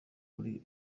muri